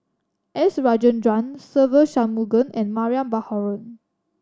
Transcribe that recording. S Rajendran Se Ve Shanmugam and Mariam Baharom